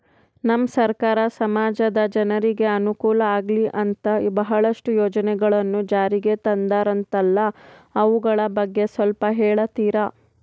ನಮ್ಮ ಸರ್ಕಾರ ಸಮಾಜದ ಜನರಿಗೆ ಅನುಕೂಲ ಆಗ್ಲಿ ಅಂತ ಬಹಳಷ್ಟು ಯೋಜನೆಗಳನ್ನು ಜಾರಿಗೆ ತಂದರಂತಲ್ಲ ಅವುಗಳ ಬಗ್ಗೆ ಸ್ವಲ್ಪ ಹೇಳಿತೀರಾ?